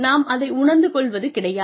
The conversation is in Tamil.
நாம் அதை உணர்ந்து கொள்வது கிடையாது